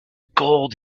gold